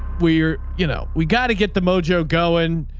we're you know, we got to get the mojo going.